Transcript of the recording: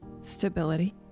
Stability